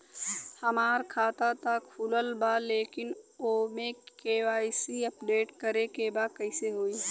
हमार खाता ता खुलल बा लेकिन ओमे के.वाइ.सी अपडेट करे के बा कइसे होई?